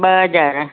ॿ हज़ार